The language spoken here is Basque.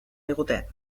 digute